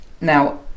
Now